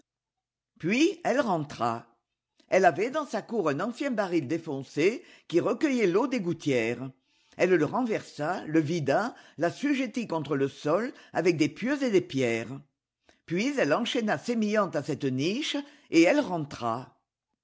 puis elle rentra elle avait dans sa cour un ancien baril défoncé qui recueillait l'eau des gouttières elle le renversa le vida l'assujettit contre le sol avec des pieux et des pierres puis elle enchaîna sémillante à cette niche et elle rentra